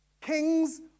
kings